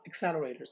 accelerators